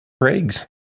Craig's